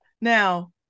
Now